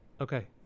Okay